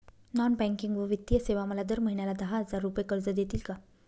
Non banking व वित्तीय सेवा मला दर महिन्याला दहा हजार रुपये कर्ज देतील का?